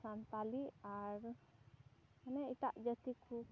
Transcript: ᱥᱟᱱᱛᱟᱞᱤ ᱟᱨ ᱢᱟᱱᱮ ᱮᱴᱟᱜ ᱡᱟᱹᱛᱤ ᱠᱚ